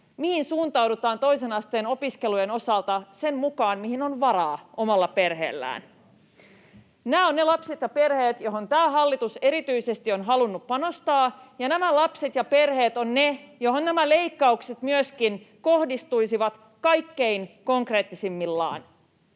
mihin suuntaudutaan toisen asteen opiskelujen osalta sen mukaan, mihin on varaa omalla perheellä. Nämä ovat ne lapset ja perheet, joihin tämä hallitus erityisesti on halunnut panostaa, ja nämä lapset ja perheet ovat ne, joihin nämä leikkaukset myöskin kohdistuisivat kaikkein konkreettisimmillaan.